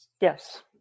yes